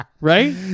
Right